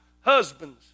Husbands